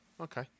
Okay